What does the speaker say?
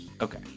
Okay